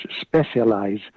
specialize